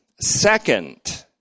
Second